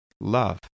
Love